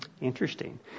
Interesting